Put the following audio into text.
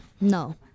no